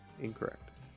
Incorrect